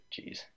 Jeez